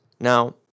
Now